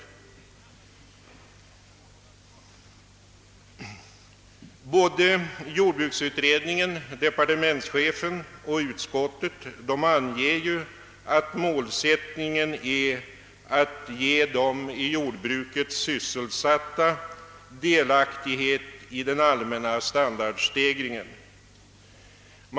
Både jordbruksutredningen, departementschefen och utskottet anser att målsättningen är ju att ge de i jordbruket sysselsatta delaktighet i den allmänna standardstegringen.